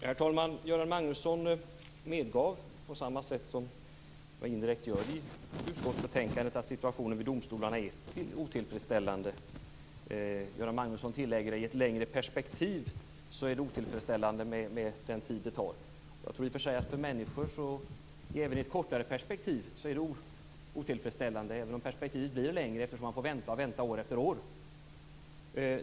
Herr talman! Göran Magnusson medgav på samma sätt som man indirekt gör i utskottsbetänkandet att situationen vid domstolarna är otillfredsställande. Göran Magnusson tillägger att det "i ett längre perspektiv" är otillfredsställande med den tid det tar. Jag tror i och för sig att även ett kortare perspektiv är otillfredsställande för människor. Men perspektivet blir längre eftersom man får vänta år efter år.